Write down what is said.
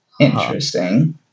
interesting